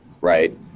right